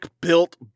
built